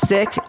Sick